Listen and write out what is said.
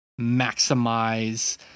maximize